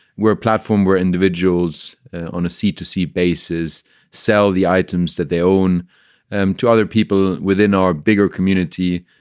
we're a platform where individuals on a c to see basis sell the items that they own and to other people within our bigger community.